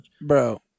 Bro